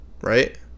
right